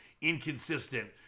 inconsistent